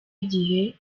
igihe